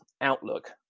outlook